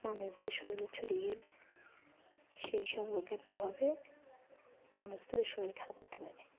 মানুষদের শরীরে ছড়িয়ে গেলে সেই সব রোগের প্রভাবে মানুষদেরও শরীর খারাপ হতে পারে